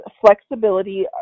flexibility